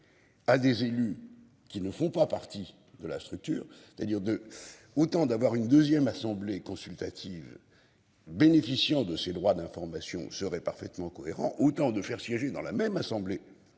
À des élus qui ne font pas partie de la structure, c'est-à-dire de autant d'avoir une 2ème assemblée consultative. Bénéficiant de ses droits d'information serait parfaitement cohérent. Autant de faire siéger dans la même assemblée. Et à ce